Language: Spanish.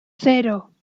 cero